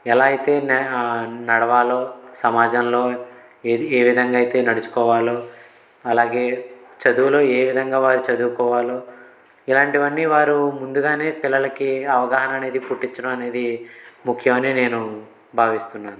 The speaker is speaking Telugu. ఎలా అయితే నే నడవాలో సమాజంలో ఏది ఏ విధంగా అయితే నడుచుకోవాలో అలాగే చదువులో ఏ విధంగా వారు చదువుకోవాలో ఇలాంటివన్నీ వారు ముందుగానే పిల్లలకి అవగాహన అనేది పుట్టించడం అనేది ముఖ్యం అనే నేను భావిస్తున్నాను